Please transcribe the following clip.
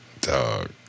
Dog